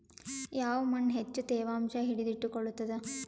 ಯಾವ್ ಮಣ್ ಹೆಚ್ಚು ತೇವಾಂಶ ಹಿಡಿದಿಟ್ಟುಕೊಳ್ಳುತ್ತದ?